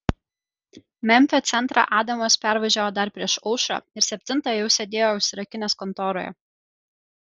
memfio centrą adamas pervažiavo dar prieš aušrą ir septintą jau sėdėjo užsirakinęs kontoroje